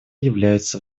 являются